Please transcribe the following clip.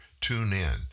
TuneIn